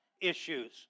issues